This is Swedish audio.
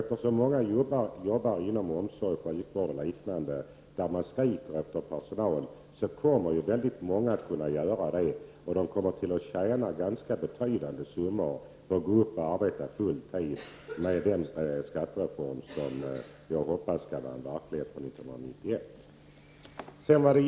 Eftersom många jobbar inom omsorg, sjukvård och liknande, där man skriker efter personal, kommer många att kunna börja arbeta full tid, och de kommer att tjäna ganska betydande summor på det med den skattereform som jag hoppas skall vara en verklighet 1991.